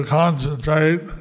concentrate